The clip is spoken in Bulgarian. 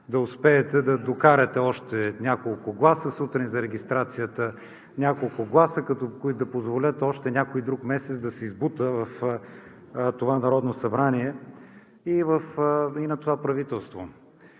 да успеете да докарате още няколко гласа сутрин за регистрацията, няколко гласа, които да позволят още някой и друг месец да се избута в това Народно събрание и на това правителство.